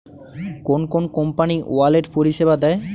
কোন কোন company wallet পরিষেবা দেয়?